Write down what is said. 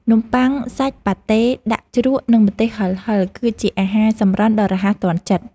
នំបុ័ងសាច់ប៉ាតេដាក់ជ្រក់ និងម្ទេសហិរៗ គឺជាអាហារសម្រន់ដ៏រហ័សទាន់ចិត្ត។